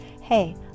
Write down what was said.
Hey